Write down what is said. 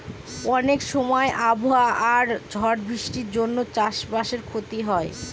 অনেক সময় আবহাওয়া আর ঝড় বৃষ্টির জন্য চাষ বাসে ক্ষতি হয়